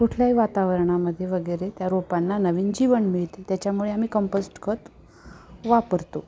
कुठल्याही वातावरणामध्ये वगैरे त्या रोपांना नवीन जीवन मिळते त्याच्यामुळे आम्ही कंपोस्ट खत वापरतो